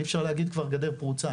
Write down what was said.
אי-אפשר להגיד כבר גדר פרוצה.